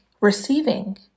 receiving